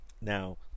Now